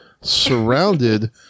surrounded